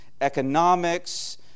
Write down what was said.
economics